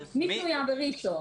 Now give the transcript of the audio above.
"מי פנויה בראשון?